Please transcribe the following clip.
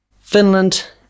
Finland